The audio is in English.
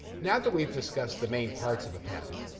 now that we've discussed the main parts of a patent,